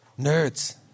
nerds